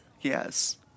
Yes